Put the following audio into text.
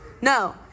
No